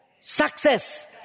success